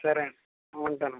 సరే అండి ఉంటాను